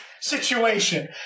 situation